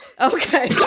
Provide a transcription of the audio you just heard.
Okay